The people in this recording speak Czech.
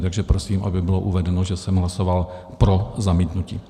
Takže prosím, aby bylo uvedeno, že jsem hlasoval pro zamítnutí.